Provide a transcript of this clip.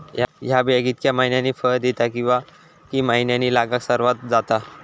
हया बिया कितक्या मैन्यानी फळ दिता कीवा की मैन्यानी लागाक सर्वात जाता?